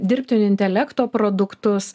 dirbtinio intelekto produktus